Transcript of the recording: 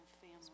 family